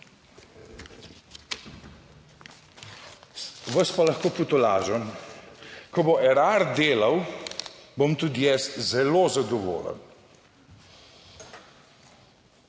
Vas pa lahko potolažim: ko bo Erar delal, bom tudi jaz zelo zadovoljen.